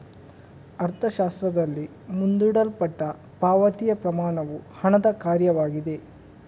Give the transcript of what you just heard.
ಅರ್ಥಶಾಸ್ತ್ರದಲ್ಲಿ, ಮುಂದೂಡಲ್ಪಟ್ಟ ಪಾವತಿಯ ಪ್ರಮಾಣವು ಹಣದ ಕಾರ್ಯವಾಗಿದೆ